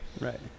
Right